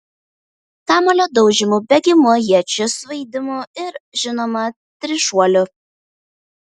kamuolio daužymu bėgimu iečių svaidymu ir žinoma trišuoliu